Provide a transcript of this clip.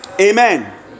Amen